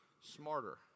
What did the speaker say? smarter